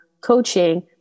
coaching